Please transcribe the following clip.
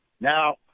Now